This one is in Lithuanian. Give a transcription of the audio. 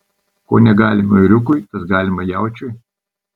ko negalima ėriukui tas galima jaučiui